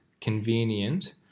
convenient